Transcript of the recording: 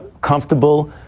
comfortable.